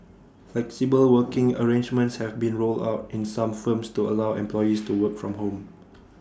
flexible working arrangements have been rolled out in some firms to allow employees to work from home